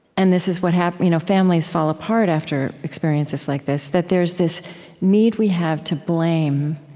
and this is what happens you know families fall apart after experiences like this that there's this need we have to blame